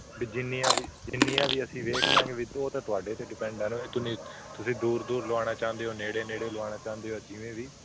ਵੀ ਜਿੰਨੀਆਂ ਵੀ ਜਿੰਨੀਆਂ ਵੀ ਅਸੀਂ ਵੇਖ ਲਵਾਂਗੇ ਵੀ ਉਹ ਤਾਂ ਤੁਹਾਡੇ 'ਤੇ ਡਿਪੈਂਡ ਹੈ ਨਾ ਤੁਸੀਂ ਤੁਸੀਂ ਦੂਰ ਦੂਰ ਲਵਾਉਣਾ ਚਾਹੁੰਦੇ ਹੋ ਨੇੜੇ ਨੇੜੇ ਲਵਾਉਣਾ ਚਾਹੁੰਦੇ ਹੋ ਜਿਵੇਂ ਵੀ